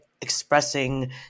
expressing